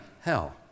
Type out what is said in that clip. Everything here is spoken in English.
hell